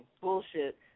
bullshit